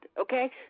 okay